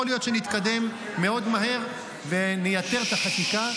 יכול להיות שנתקדם מאוד מהר ונייתר את החקיקה,